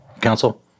council